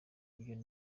ibyo